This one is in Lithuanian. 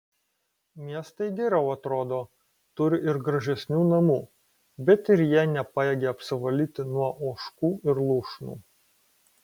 miestai geriau atrodo turi ir gražesnių namų bet ir jie nepajėgia apsivalyti nuo ožkų ir lūšnų